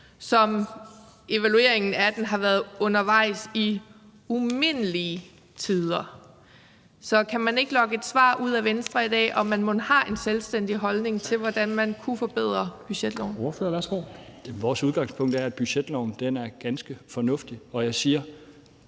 Evalueringen af den har været undervejs i umindelige tider, så kan man ikke lokke et svar ud af Venstre i dag på, om man mon har en selvstændig holdning til, hvordan man kunne forbedre budgetloven? Kl. 14:51 Formanden (Henrik Dam Kristensen):